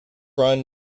run